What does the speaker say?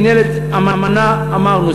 מינהלת "אמנה" אמרנו.